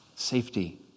Safety